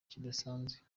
kidasanzwe